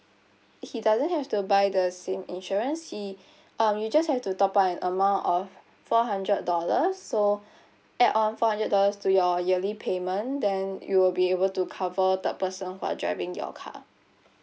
he doesn't have to buy the same insurance he um you just have to top up an amount of four hundred dollars so add on four hundred dollars to your yearly payment then you will be able to cover third person for driving your car